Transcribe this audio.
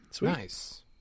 nice